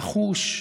נחוש,